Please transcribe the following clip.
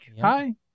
hi